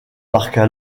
marqua